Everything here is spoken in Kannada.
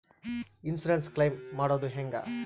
ಇನ್ಸುರೆನ್ಸ್ ಕ್ಲೈಮು ಮಾಡೋದು ಹೆಂಗ?